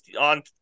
on